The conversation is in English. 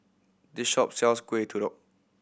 this shop sells Kuih Kodok